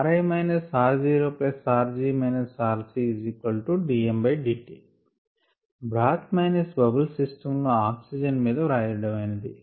ri rorg rcddt బ్రాత్ minus bubbles system లో oxygen మీద వ్రాయడమైనది